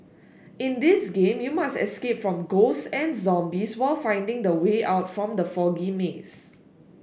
in this game you must escape from ghosts and zombies while finding the way out from the foggy maze